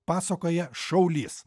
pasakoja šaulys